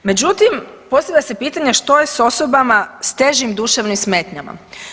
Međutim, postavlja se pitanje što je sa osobama sa težim duševnim smetnjama.